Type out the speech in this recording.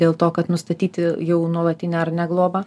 dėl to kad nustatyti jau nuolatinę ar ne globą